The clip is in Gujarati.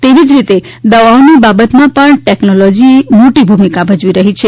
તે જ રીતે દવાઓની બાબતમાં પણ ટેકનોલોજી મોટી ભૂમિકા ભજવી રહી છે